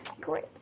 great